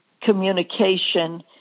communication